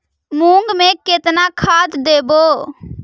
मुंग में केतना खाद देवे?